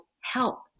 help